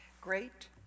great